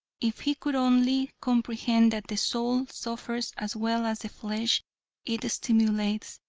if he could only comprehend that the soul suffers as well as the flesh it stimulates,